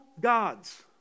God's